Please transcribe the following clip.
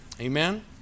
Amen